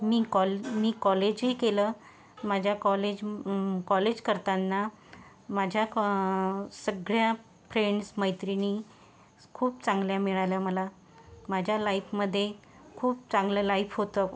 मी कॉल कॉलेजही केलं माझ्या कॉलेजम कॉलेज करताना माझ्या कॉ सगळ्या फ्रेंड्स मैत्रिणी खूप चांगल्या मिळाल्या मला माझ्या लाइपमध्ये खूप चांगलं लाईफ होतं